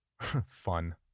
fun